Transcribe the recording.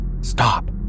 Stop